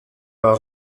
par